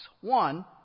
One